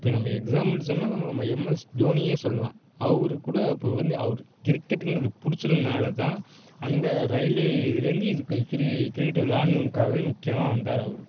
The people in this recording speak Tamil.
இப்போ நம்ம எக்ஸாபிள்க்கு சொன்னால் நம்ம எம்எஸ் தோனியே சொல்லலாம் அவருக்கூட அப்போ வந்து அவரு கிரிக்கெட்டுங்கறது பிடிச்சதுனாலதான் அந்த ரயில்வே இதுலேருந்து இதுக்கு கிரி கிரிக்கெட் விளாட்ணுன்காகவே முக்கியமாக வந்தார் அவரு